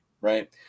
right